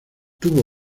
tuvo